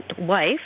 wife